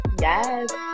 Yes